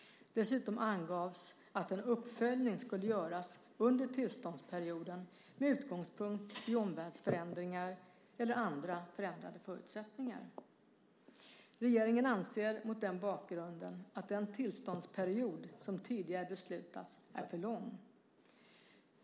Dessutom angavs att en uppföljning skulle göras under tillståndsperioden med utgångspunkt i omvärldsförändringar eller andra förändrade förutsättningar. Regeringen anser mot den bakgrunden att den tillståndsperiod som tidigare beslutats är för lång.